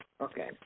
okay